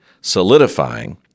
solidifying